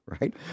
Right